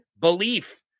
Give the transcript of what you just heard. belief